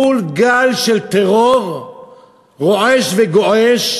מול גל של טרור רועש וגועש,